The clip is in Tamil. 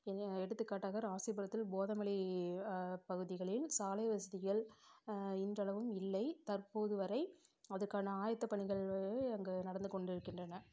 எடுத்துக்காட்டாக ராசிபுரத்தில் போதமலை பகுதிகளில் சாலை வசதிகள் இன்றளவும் இல்லை தற்போது வரை அதுக்கான ஆயுத்தப் பணிகள் அங்கு நடந்து கொண்டு இருக்கின்றன